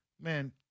Man